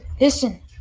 listen